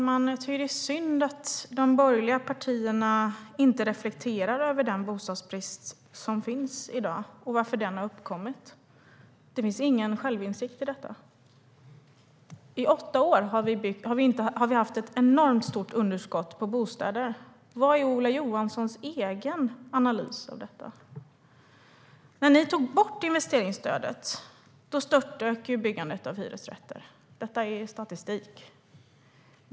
Herr talman! Det är synd att de borgerliga partierna inte reflekterar över den bostadsbrist som finns i dag och varför den har uppkommit. Det finns ingen självinsikt i detta. I åtta år har vi haft ett enormt stort underskott på bostäder. Vad är Ola Johansson egen analys av detta? När ni tog bort investeringsstödet störtdök byggandet av hyresrätter. Detta är statistik.